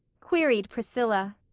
queried priscilla.